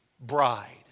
bride